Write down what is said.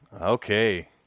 okay